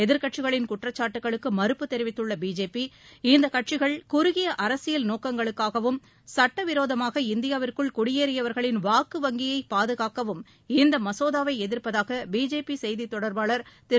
எதிர்க்கட்சிகளின் குற்றச்சாட்டுகளுக்கு மறுப்பு தெரிவித்துள்ள பிஜேபி இக்கட்சிகள் குறுகிய அரசியல் நோக்கங்களுக்காகவும் சட்டவிரோதமாக இந்தியாவிற்குள் குடியேறியவர்களின் வாக்கு வங்கியை பாதுகாக்கவும் இம்மசோதாவை எதிர்ப்பதாக பிஜேபி செய்தி தொடர்பாளர் திரு